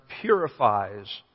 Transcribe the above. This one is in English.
purifies